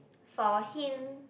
for him